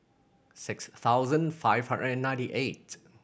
six thousand five hundred and ninety eight